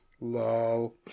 Lol